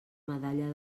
medalla